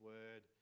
Word